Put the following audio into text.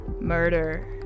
Murder